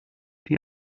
die